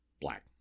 black